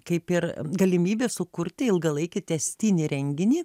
kaip ir galimybė sukurti ilgalaikį tęstinį renginį